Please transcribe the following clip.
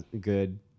good